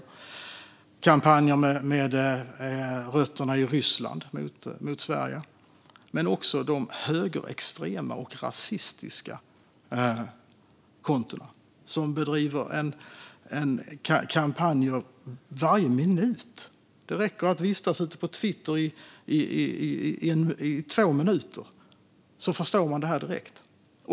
Det gällde kampanjer med rötterna i Ryssland mot Sverige. Det gällde också högerextrema och rasistiska konton som bedriver kampanjer varje minut. Det räcker att vistas ute på Twitter i två minuter; då förstår man detta direkt.